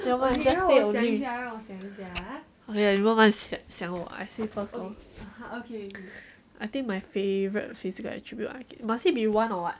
never mind just say only okay 你慢慢想 I say first loh I think my favourite physical attribute must it be one or what